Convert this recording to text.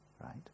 Right